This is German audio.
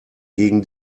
gegen